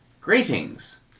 Greetings